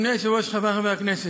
אדוני היושב-ראש, חברי חברי הכנסת,